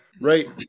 right